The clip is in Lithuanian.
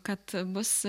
kad bus